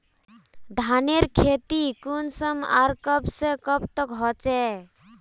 धानेर खेती कुंसम आर कब से कब तक होचे?